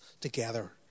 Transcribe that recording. together